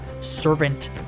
servant